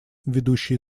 ведущий